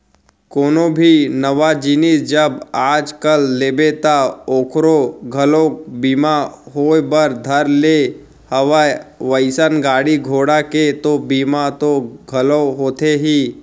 कोनो भी नवा जिनिस जब आज कल लेबे ता ओखरो घलोक बीमा होय बर धर ले हवय वइसने गाड़ी घोड़ा के तो बीमा तो घलौ होथे ही